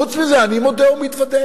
חוץ מזה, אני מודה ומתוודה: